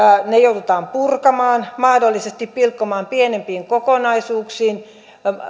ne joudutaan purkamaan mahdollisesti pilkkomaan pienempiin kokonaisuuksiin